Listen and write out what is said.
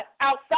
Outside